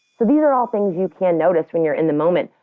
these are all things you can notice when you're in the moment,